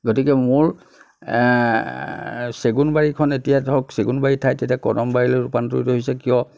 গতিকে মোৰ চেগুন বাৰীখন এতিয়া ধৰক চেগুন বাৰীৰ ঠাইত এতিয়া কদম বাৰীলৈ ৰূপান্তৰিত হৈছে কিয়